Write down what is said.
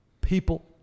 people